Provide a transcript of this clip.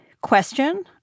question